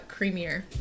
creamier